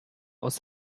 aus